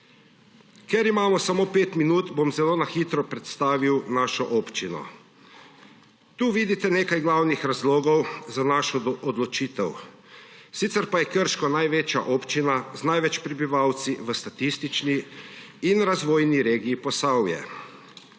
Ker imam samo pet minut, bom zelo kratko predstavil našo občino. Tu vidite nekaj glavnih razlogov za našo odločitev. Sicer pa je Krško največja občina, z največ prebivalcev v statistični in razvojni regiji Posavje.